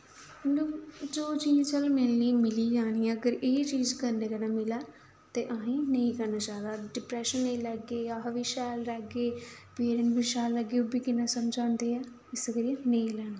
मतलब जो चीज चल मिलनी मिली गै जानी ऐ अगर एह् चीज करने कन्नै मिलै ते असेंई नेईं करना चाहिदा डिप्रैशन नी लैगे अस बी शैल रैह्गे फ्ही शैल लग्गै ओह् बी किन्ना समझांदे ऐ इस करियै नेईं लैना